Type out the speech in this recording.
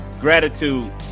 gratitude